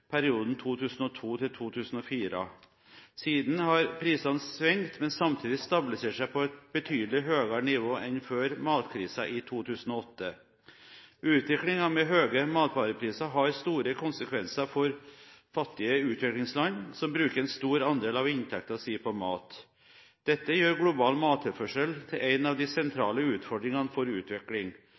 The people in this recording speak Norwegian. perioden 2002–2004. Siden har prisene svingt, men samtidig stabilisert seg på et betydelig høyere nivå enn før matkrisen i 2008. Utviklingen med høye matvarepriser har store konsekvenser for fattige i utviklingsland som bruker en stor del av inntektene sine på mat. Dette gjør global mattilførsel til en av de sentrale utfordringene for utvikling.